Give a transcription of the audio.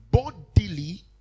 Bodily